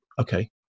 okay